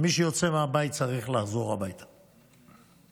מי שיוצא מהבית צריך לחזור הביתה לשלום,